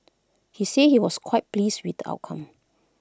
he said he was quite pleased with the outcome